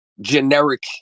generic